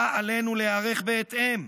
ועלינו להיערך אליה בהתאם.